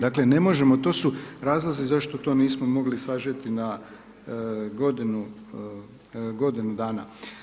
Dakle ne možemo to su razlozi zašto to nismo mogli sažeti na godinu dana.